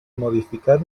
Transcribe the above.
modificar